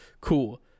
cool